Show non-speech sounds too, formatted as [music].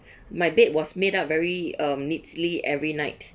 [breath] my bed was made up very um neatly every night